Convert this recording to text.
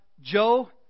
Joe